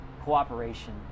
cooperation